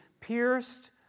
pierced